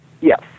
Yes